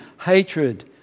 hatred